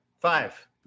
Five